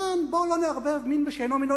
לכן בואו לא נערב מין בשאינו מינו.